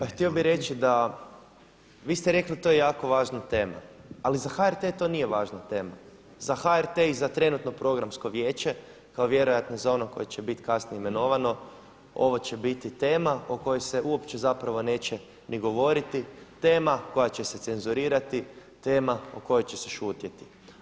Pa htio bih reći da, vi ste rekli da je to jako važna tema ali za HRT to nije važna tema, za HRT i za trenutno programsko vijeće kao vjerojatno za ono koje će biti kasnije imenovano, ovo će biti tema o kojoj se uopće zapravo neće ni govoriti, tema koja će se cenzurirati, tema o kojoj će se šutjeti.